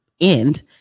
end